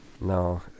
No